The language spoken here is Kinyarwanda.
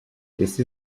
isi